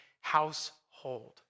household